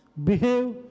Behave